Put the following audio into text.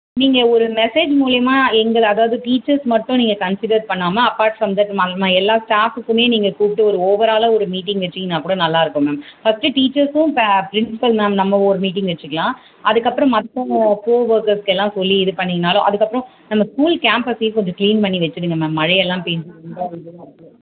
நீங்கள் ஒரு மெசேஜ் மூலிமா எங்களை அதாவது டீச்சர்ஸ் மட்டும் நீங்கள் கன்ஸீடர் பண்ணாமல் அப்பார்ட் ஃப்ரம் தட் நம்ம எல்லா ஸ்டாஃப்புக்குமே நீங்கள் கூப்பிட்டு ஒரு ஓவராலாக ஒரு மீட்டிங் வச்சுங்கன்னாக்கூட நல்லாயிருக்கும் மேம் ஃபஸ்ட்டு டீச்சர்ஸ்ஸும் ப ப்ரின்ஸ்பல் மேம் நம்ம ஒரு மீட்டிங் வச்சுக்கலாம் அதுக்கப்புறம் மற்றவங்க கோஒர்க்கர்ஸ்க்கெல்லாம் சொல்லி இது பண்ணீங்கன்னாலும் அதுக்கப்புறம் நம்ம ஸ்கூல் கேம்பஸ்ஸையும் கொஞ்சம் க்ளீன் பண்ணி வச்சுடுங்க மேம் மழையெல்லாம் பேஞ்சு இதுவாக இருக்குது